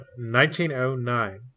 1909